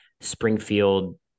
Springfield